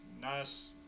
nice